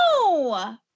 No